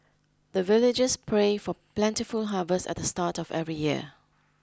the villagers pray for plentiful harvest at the start of every year